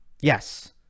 Yes